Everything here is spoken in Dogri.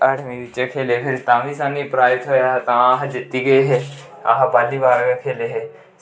अठमीं च खेले अस फिर तां बी सानूं प्राईज़ थ्होएआ हा तां अस जित्ती गे हे अस बॉल्ली बॉल खेले गै हे